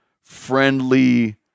friendly